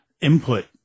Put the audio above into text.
input